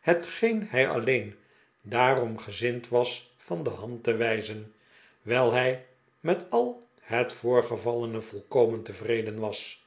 hetgeen hij alleen daarom gezind was van de hand te wijzen wijl hij met al het voorgevallene volkomen tevreden was